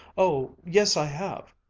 oh yes, i have.